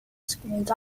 screens